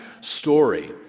story